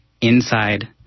inside